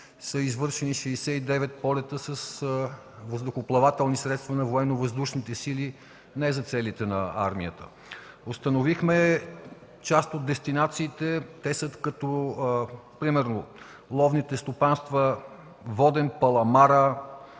че са извършени 69 полета с въздухоплавателни средства на военновъздушните сили – не за целите на армията. Установихме част от дестинациите. Те са: ловните стопанства „Воден”, „Паламара”,